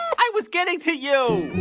i was getting to you